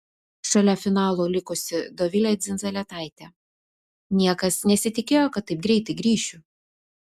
šalia finalo likusi dovilė dzindzaletaitė niekas nesitikėjo kad taip greitai grįšiu